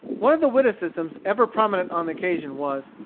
one of the witticisms ever prominent on the occasion was,